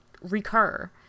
recur